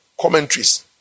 commentaries